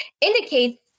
indicates